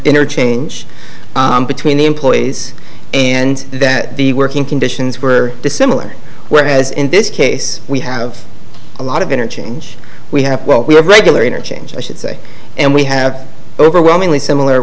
interchange between the employees and that the working conditions were dissimilar whereas in this case we have a lot of interchange we have well we have regular interchange i should say and we have overwhelmingly similar